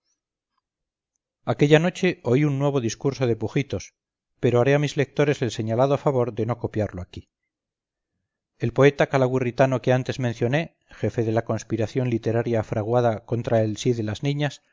aquella noche oí un nuevo discurso de pujitos pero haré a mis lectores el señalado favor de no copiarlo aquí el poeta calagurritano que antes mencioné jefe de la conspiración literaria fraguada contra el sí de las niñas